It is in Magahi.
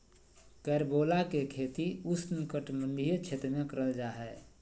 कैरम्बोला के खेती उष्णकटिबंधीय क्षेत्र में करल जा हय